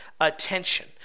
attention